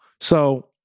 So-